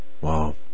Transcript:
Wow